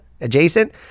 adjacent